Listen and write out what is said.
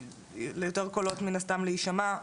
ליותר קולות מן הסתם להישמע.